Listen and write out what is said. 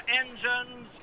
engines